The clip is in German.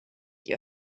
die